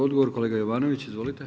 Odgovor, kolega Jovanović.